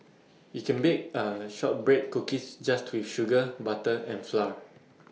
you can bake A Shortbread Cookies just with sugar butter and flour